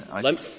let